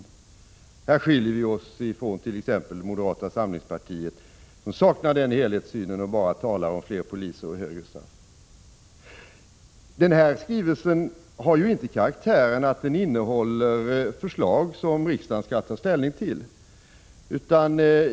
Härvidlag skiljer vi oss från t.ex. moderata samlingspartiet, som saknar denna helhetssyn och bara talar om fler poliser och högre straff. Denna skrivelse har inte den karaktären att den innehåller förslag som riksdagen skall ta ställning till.